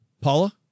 Paula